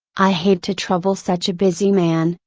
i hate to trouble such a busy man,